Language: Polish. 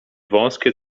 wąskie